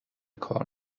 کار